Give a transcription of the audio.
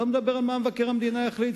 אני לא מדבר על מה מבקר המדינה יחליט,